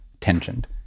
tensioned